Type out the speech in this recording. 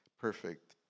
perfect